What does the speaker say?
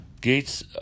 gates